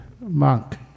monk